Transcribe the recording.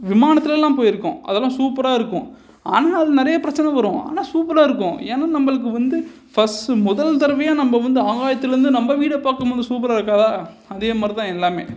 விமானத்துலலாம் போயிருக்கோம் அதெல்லாம் சூப்பராக இருக்கும் ஆனால் அதில் நிறைய பிரச்சனை வரும் ஆனால் சூப்பராக இருக்கும் ஏன்னா நம்மளுக்கு வந்து ஃபர்ஸ்ட்டு முதல் தரவையாக நம்ப வந்து ஆகாயத்தில் இருந்து நம்ப வீடை பார்க்கும்மோது சூப்பராக இருக்காதா அதே மாதிரி தான் எல்லாமே